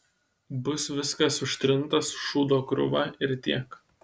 bus viskas užtrinta su šūdo krūva ir tiek